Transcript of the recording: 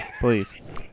Please